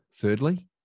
Thirdly